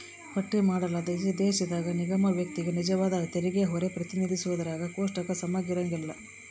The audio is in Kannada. ಪಟ್ಟಿ ಮಾಡಲಾದ ದೇಶದಾಗ ನಿಗಮ ವ್ಯಕ್ತಿಗೆ ನಿಜವಾದ ತೆರಿಗೆಹೊರೆ ಪ್ರತಿನಿಧಿಸೋದ್ರಾಗ ಕೋಷ್ಟಕ ಸಮಗ್ರಿರಂಕಲ್ಲ